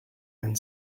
and